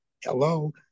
Hello